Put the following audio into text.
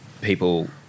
people